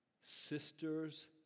sister's